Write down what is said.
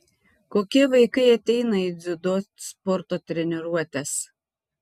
kokie vaikai ateina į dziudo sporto treniruotes